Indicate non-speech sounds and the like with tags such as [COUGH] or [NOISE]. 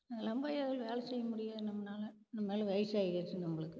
[UNINTELLIGIBLE] எவ்வளோ வேலை செய்ய முடியல நம்மளால நம்மளுக்கு வயசாயிடுச்சு நம்மளுக்கு